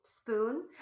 Spoon